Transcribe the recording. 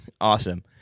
Awesome